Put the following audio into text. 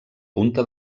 punta